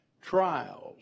trials